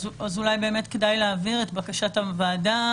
אז אולי כדאי להעביר את בקשת הוועדה